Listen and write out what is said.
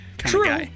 True